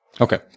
Okay